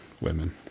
women